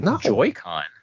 Joy-Con